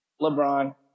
LeBron